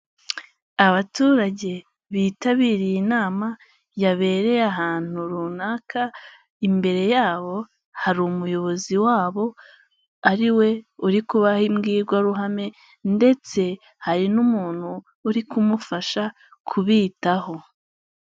Abaturage bitabiriye inama yabereye ahantu runaka; imbere yabo hari umuyobozi wabo ari we uri kubaha imbwirwaruhame ndetse hari n'umuntu uri kumufasha kubitaho.